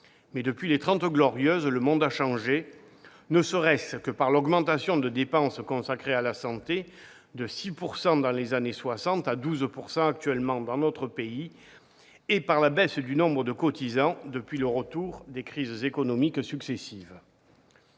Mais depuis les Trente Glorieuses, le monde a changé, ne serait-ce que par l'augmentation des dépenses consacrées à la santé- elles sont passées de 6 % dans les années 1960 à 12 % actuellement -et par la baisse du nombre de cotisants depuis le retour des crises économiques successives.